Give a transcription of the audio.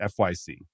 fyc